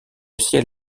ciel